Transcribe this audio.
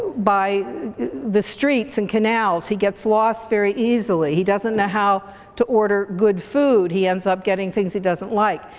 by the streets and canals, he gets lost very easily. he doesn't know how to order good food, he ends up getting things he doesn't like.